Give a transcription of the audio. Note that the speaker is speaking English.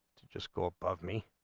to just go above me.